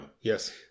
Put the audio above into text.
Yes